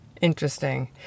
Interesting